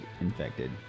infected